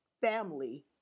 family